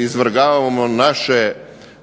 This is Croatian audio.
izvrgavamo